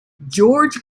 george